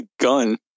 gun